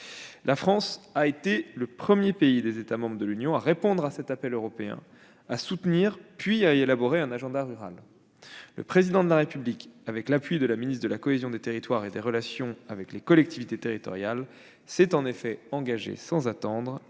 La France a été le premier des États membres à répondre à cet appel européen, à soutenir, puis à élaborer un agenda rural. Le Président de la République, avec l'appui de la ministre de la cohésion des territoires et des relations avec les collectivités territoriales, s'est en effet engagé sans attendre